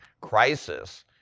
crisis